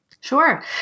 Sure